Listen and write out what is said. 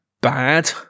bad